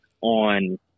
on